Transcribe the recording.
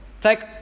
Take